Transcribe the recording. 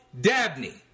dabney